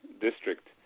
district